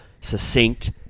succinct